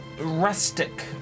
rustic